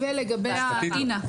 אינה,